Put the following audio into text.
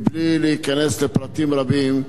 בלי להיכנס לפרטים רבים,